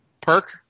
perk